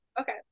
okay